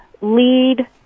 lead